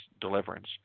deliverance